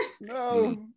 no